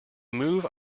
move